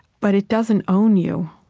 but it doesn't own you.